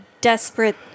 desperate